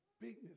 bigness